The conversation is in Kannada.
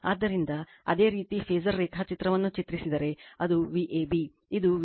ಆದ್ದರಿಂದ ಅದೇ ರೀತಿ ಫಾಸರ್ ರೇಖಾಚಿತ್ರವನ್ನು ಚಿತ್ರಿಸಿದರೆ ಇದು Vab ಇದು Vbc ಇದು Vca